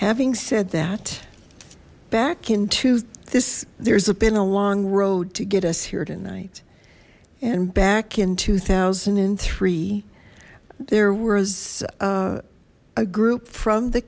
having said that back into this there's a been a long road to get us here tonight and back in two thousand and three there was a group from the